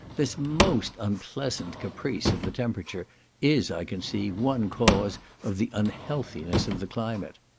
this most unpleasant caprice of the temperature is, i conceive, one cause of the unhealthiness of the climate.